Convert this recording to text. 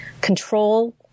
control